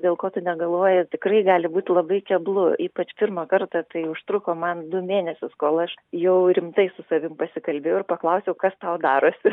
dėl ko tu negaluoji tikrai gali būti labai keblu ypač pirmą kartą tai užtruko man du mėnesius kol aš jau rimtai su savim pasikalbėjau ir paklausiau kas tau darosi